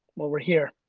well, we're here.